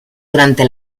durante